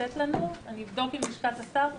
אני אבדוק עם לשכת השר ונחזור.